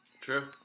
True